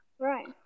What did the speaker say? Right